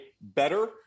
better